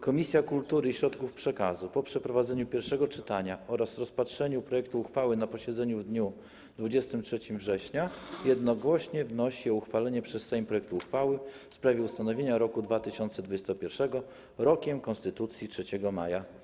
Komisja Kultury i Środków Przekazu, po przeprowadzeniu pierwszego czytania oraz rozpatrzeniu projektu uchwały na posiedzeniu w dniu 23 września, jednogłośnie wnosi o uchwalenie przez Sejm projektu uchwały w sprawie ustanowienia roku 2021 Rokiem Konstytucji 3 Maja.